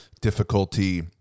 difficulty